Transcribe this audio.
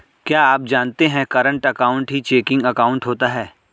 क्या आप जानते है करंट अकाउंट ही चेकिंग अकाउंट होता है